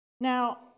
now